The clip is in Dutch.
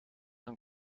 een